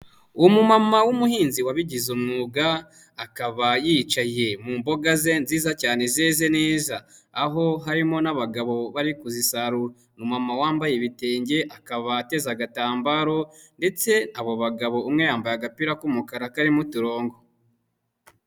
Umumama w'umuhinzi wabigize umwuga, akaba yicaye mu mboga ze nziza cyane zeze neza, aho harimo n'abagabo bari kuzisarura. Umumama wambaye ibitenge akaba ateze agatambaro, ndetse abo bagabo umwe yambaye agapira k'umukara karimo uturongo.